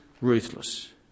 Ruthless